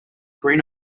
green